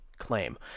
claim